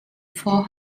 four